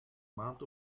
maand